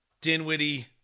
Dinwiddie